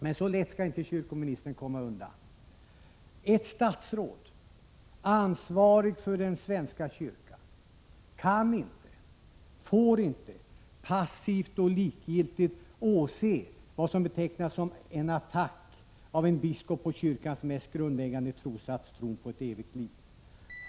Men så lätt skall inte kyrkoministern komma undan. Ett statsråd, ansvarig för den svenska kyrkan, kan inte — får inte — passivt och likgiltigt åse vad som betecknas som en attack av en biskop på kyrkans mest grundläggande trossats, tron på ett evigt liv.